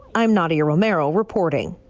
i'm nadia romero reporting.